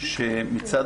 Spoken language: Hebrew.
שמחייב